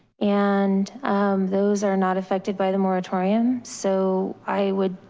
and those are not effected by the moratorium. so i would